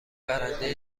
برنده